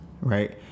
right